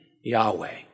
Yahweh